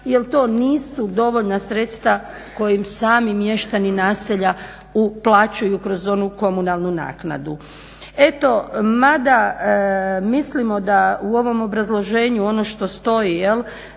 jer to nisu dovoljna sredstva kojim sami mještani naselja uplaćuju kroz onu komunalnu naknadu. Eto mada mislimo da u ovom obrazloženju ono što stoji